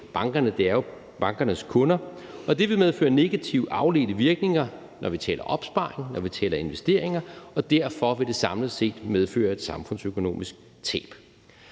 bankerne; det er bankernes kunder. Og det vil medføre negative afledte virkninger, når vi taler opsparing, når vi taler investeringer, og derfor vil det samlet set medføre et samfundsøkonomisk tab.